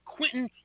Quentin